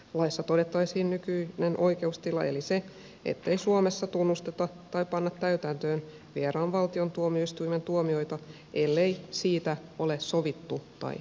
laissa todettaisiin nykyinen oikeustila eli se ettei suomessa tunnusteta tai panna täytäntöön vieraan valtion tuomioistuimen tuomioita ellei siitä ole sovittu tai säädetty